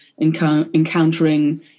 encountering